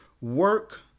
Work